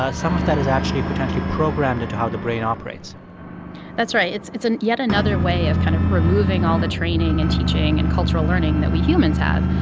ah some of that is actually potentially programmed into how the brain operates that's right. it's it's yet another way of kind of removing all the training and teaching and cultural learning that we humans have.